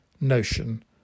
notion